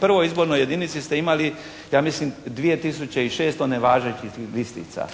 prvoj izbornoj jedinici ste imali ja mislim 2 tisuće i 600 nevažećih listica.